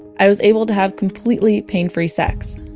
i was able to have completely pain-free sex.